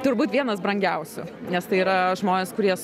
turbūt vienas brangiausių nes tai yra žmonės kurie